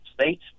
states